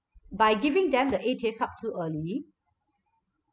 by giving them the A_T_M card too early